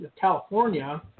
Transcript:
California